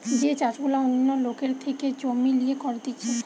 যে চাষ গুলা অন্য লোকের থেকে জমি লিয়ে করতিছে